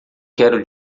quero